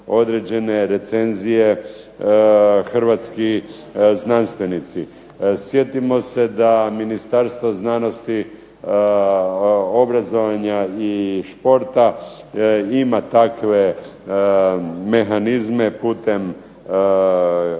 određene recenzije hrvatski znanstvenici. Sjetimo se da Ministarstvo znanost, obrazovanja i športa ima takve mehanizme putem